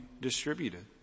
distributed